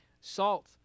salt